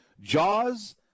Jaws